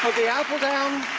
the apple down.